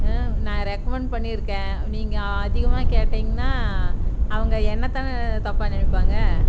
நான் ரெக்கமண்ட் பண்ணியிருக்கேன் நீங்கள் அதிகமாக கேட்டீங்கன்னா அவங்க என்னதான் தப்பாக நினைப்பாங்க